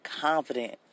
confident